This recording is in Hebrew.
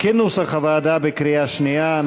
כנוסח הוועדה, בקריאה שנייה.